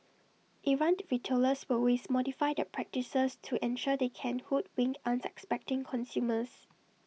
errant retailers will always modify their practices to ensure they can hoodwink unsuspecting consumers